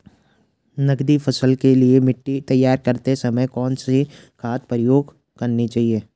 नकदी फसलों के लिए मिट्टी तैयार करते समय कौन सी खाद प्रयोग करनी चाहिए?